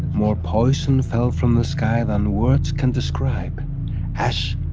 more poison fell from the sky than words can describe ash,